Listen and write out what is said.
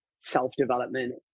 self-development